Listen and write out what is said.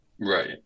Right